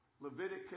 Leviticus